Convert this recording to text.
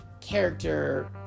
character